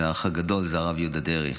והאח הגדול הוא הרב יהודה דרעי.